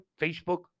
Facebook